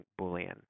Boolean